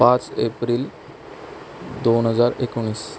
पाच एप्रिल दोन हजार एकोणीस